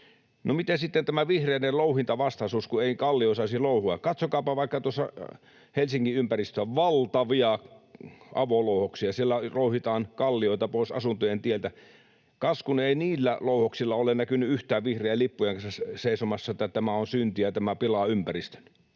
miten sitten tämä vihreiden louhintavastaisuus, kun ei kalliota saisi louhia? Katsokaapa vaikka tuossa Helsingin ympäristöä: valtavia avolouhoksia, ja siellä rouhitaan kallioita pois asuntojen tieltä. Kas kun ei niillä louhoksilla ole näkynyt yhtään vihreää lippujen kanssa seisomassa, että tämä on syntiä ja tämä pilaa ympäristön.